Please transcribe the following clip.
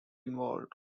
involved